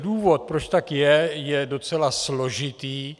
Důvod, proč tak je, je docela složitý.